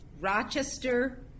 Rochester